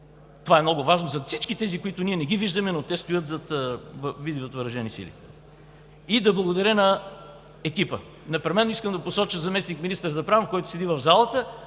Това е много важно за всички тези, които не ги виждаме, но те стоят зад видовете въоръжени сили. Искам да благодаря на екипа и непременно да посоча заместник-министър Запрянов, който седи в залата.